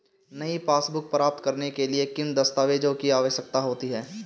नई पासबुक प्राप्त करने के लिए किन दस्तावेज़ों की आवश्यकता होती है?